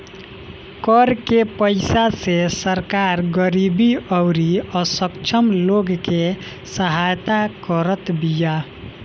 कर के पईसा से सरकार गरीबी अउरी अक्षम लोग के सहायता करत बिया